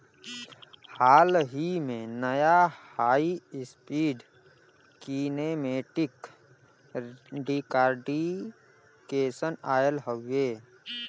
हाल ही में, नया high speed kinematic decortication oil हउवे